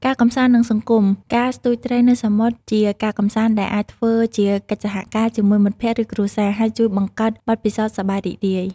ការកម្សាន្ត និងសង្គម ការស្ទូចត្រីនៅសមុទ្រជាការកម្សាន្តដែលអាចធ្វើជាកិច្ចសហការជាមួយមិត្តភក្តិ ឬគ្រួសារ ហើយជួយបង្កើតបទពិសោធន៍សប្បាយរីករាយ។